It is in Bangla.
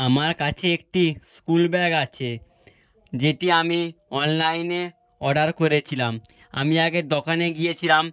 আমার কাছে একটি স্কুল ব্যাগ আছে যেটি আমি অনলাইনে অর্ডার করেছিলাম আমি আগে দোকানে গিয়েছিলাম